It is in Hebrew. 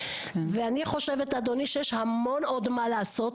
אני חושבת שיש המון מה לעשות,